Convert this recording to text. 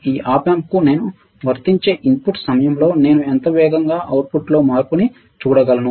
ఈ Op amps కు నేను వర్తించే ఇన్పుట్ సమయంలో నేను ఎంత వేగంగా అవుట్పుట్ లో మార్పును చూడగలను